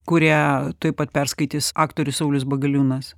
kurią tuoj pat perskaitys aktorius saulius bagaliūnas